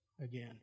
again